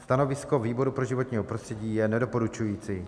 Stanovisko výboru pro životní prostředí je nedoporučující.